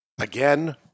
Again